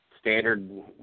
standard